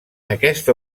aquesta